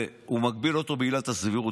והוא מגביל אותו בעילת הסבירות,